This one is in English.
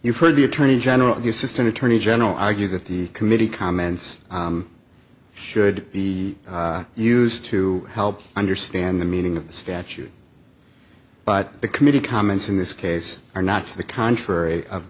you've heard the attorney general the assistant attorney general argue that the committee comments should be used to help understand the meaning of the statute but the committee comments in this case are not to the contrary